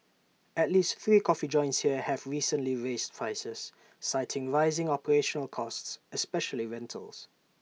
at least three coffee joints here have recently raised prices citing rising operational costs especially rentals